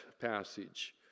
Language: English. passage